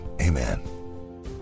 amen